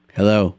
Hello